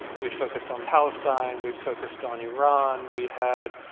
we focused on palestine. we focused on iran. we had